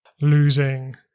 losing